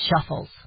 shuffles